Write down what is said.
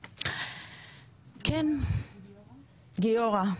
כן, גיורא,